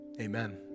amen